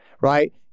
right